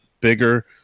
bigger